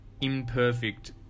imperfect